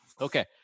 okay